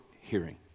hearing